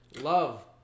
love